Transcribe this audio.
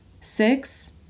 Six